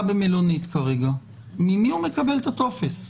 במלונית; ממי הוא מקבל את הטופס?